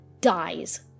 dies